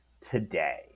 today